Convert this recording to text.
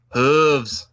hooves